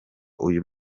uyu